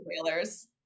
whalers